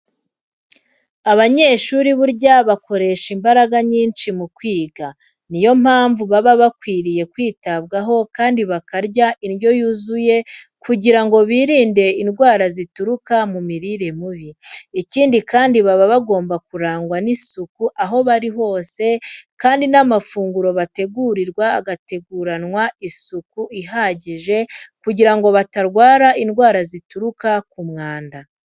Abanyeshuri burya bakoresha imbaraga nyinshi mu kwiga, ni yo mpamvu baba bakwiriye kwitabwaho kandi bakarya indyo yuzuye kugira ngo birinde indwara zituruka ku mirire mibi. Ikindi kandi baba bagomba kurangwa n'isuku aho bari hose kandi n'amafunguro bategurirwa agateguranwa isuku ihagije kugira ngo batarwara indwara zituruka ku mwanda.